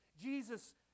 Jesus